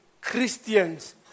Christians